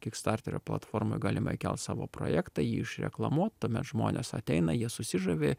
kikstarterio platformoj galima įkelt savo projektą jį išreklamuot tame žmonės ateina jie susižavi